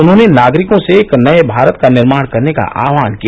उन्होंने नागरिकों से एक नए भारत का निर्माण करने का आह्वान किया